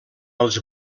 els